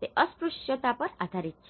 તે અસ્પૃશ્યતા પર આધારીત છે